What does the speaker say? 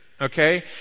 okay